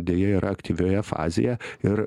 deja yra aktyvioje fazėje ir